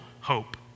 hope